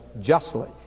justly